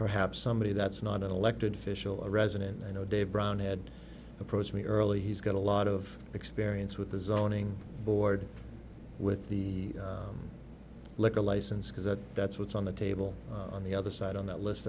perhaps somebody that's not an elected official or resident i know dave brown had approached me earlier he's got a lot of experience with the zoning board with the liquor license because that's what's on the table on the other side on that list